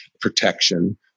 protection